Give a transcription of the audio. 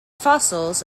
fossils